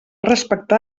respectar